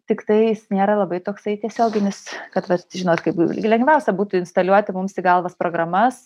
tiktai jis nėra labai toksai tiesioginis kad vat žinot kaip gi lengviausia būtų instaliuoti mums galvas programas